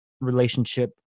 relationship